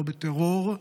לא בטרור,